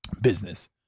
business